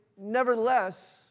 nevertheless